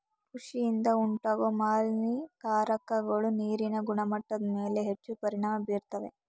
ಕೃಷಿಯಿಂದ ಉಂಟಾಗೋ ಮಾಲಿನ್ಯಕಾರಕಗಳು ನೀರಿನ ಗುಣಮಟ್ಟದ್ಮೇಲೆ ಹೆಚ್ಚು ಪರಿಣಾಮ ಬೀರ್ತವೆ